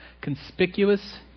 Conspicuous